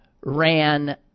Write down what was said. ran